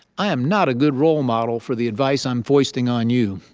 i am not a good role model for the advice i'm foisting on you.